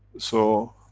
so,